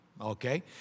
okay